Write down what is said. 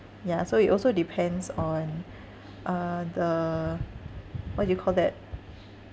ya so it also depends on uh the what do you call that